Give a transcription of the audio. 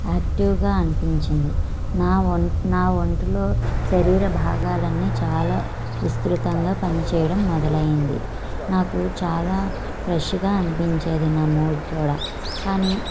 యాక్టివ్గా అనిపించింది నా నా ఒంట్లో శరీరభాగాలన్నీ చాలావిస్తృతంగా పనిచేయడం మొదలయ్యింది నాకు చాలా ఫ్రెష్గా అనిపించేది నా మూడ్ కూడా కానీ